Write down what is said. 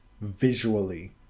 visually